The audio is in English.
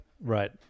Right